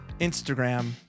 Instagram